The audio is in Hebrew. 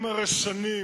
הם הרי שנים